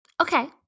Okay